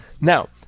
Now